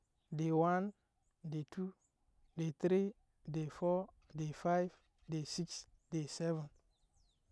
Day one, day two, day three, day foure, day five, day sxi, day saven, day eight.